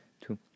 two